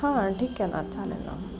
हां ठीक आहे ना चालेल ना